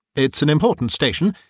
it's an important station,